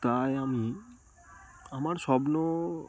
তাই আমি আমার স্বপ্ন